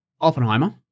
Oppenheimer